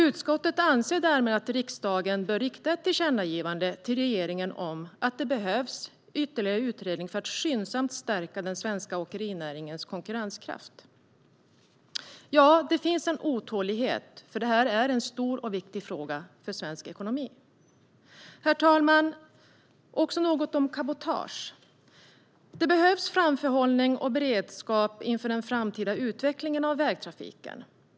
Utskottet anser därmed att riksdagen bör rikta ett tillkännagivande till regeringen om att det behövs en utredning för att skyndsamt stärka den svenska åkerinäringens konkurrenskraft. Det finns en otålighet, för detta är en stor och viktig fråga för svensk ekonomi. Herr ålderspresident! Jag vill säga något om cabotage. Det behövs framförhållning och beredskap inför den framtida utvecklingen av vägtrafiken.